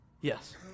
Yes